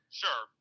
sure